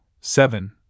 seven